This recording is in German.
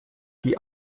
die